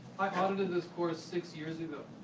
audited this course six years ago,